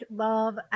love